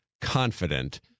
confident